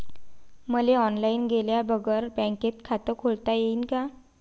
मले ऑनलाईन गेल्या बगर बँकेत खात खोलता येईन का?